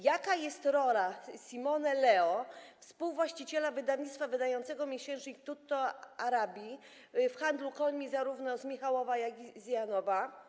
Jaka jest rola Simone Leo, współwłaściciela wydawnictwa wydającego miesięcznik „Tutto Arabi”, w handlu końmi zarówno z Michałowa, jak i z Janowa?